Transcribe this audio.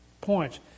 points